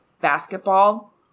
basketball